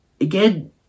Again